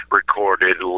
recorded